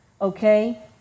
okay